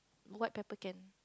white pepper can